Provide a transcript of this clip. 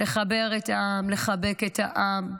לחבר את העם, לחבק את העם,